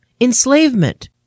enslavement